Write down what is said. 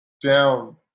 down